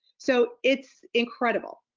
so it's incredible,